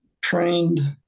trained